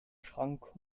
schrank